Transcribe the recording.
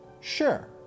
sure